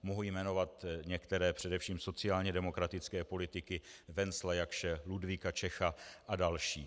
Mohu jmenovat některé především sociálně demokratické politiky Wenzela Jaksche, Ludvíka Čecha a další.